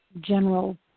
general